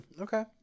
Okay